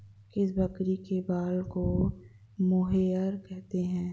किस बकरी के बाल को मोहेयर कहते हैं?